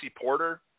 Porter